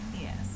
Yes